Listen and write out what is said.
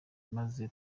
maze